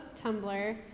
Tumblr